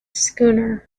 schooner